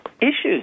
issues